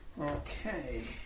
Okay